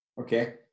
Okay